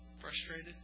frustrated